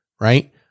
right